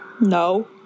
No